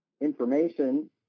information